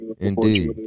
Indeed